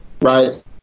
right